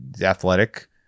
athletic